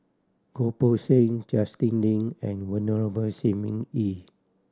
Goh Poh Seng Justin Lean and Venerable Shi Ming Yi